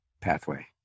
pathway